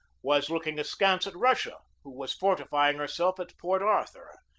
was looking askance at russia, who was fortifying herself at port arthur.